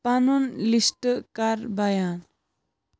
پنُن لسٹہٕ کر بیان